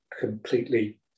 completely